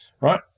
right